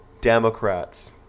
Democrats